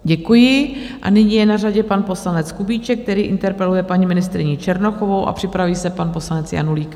Děkuji a nyní je na řadě pan poslanec Kubíček, který interpeluje paní ministryni Černochovou, a připraví se pan poslanec Janulík.